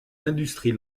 l’industrie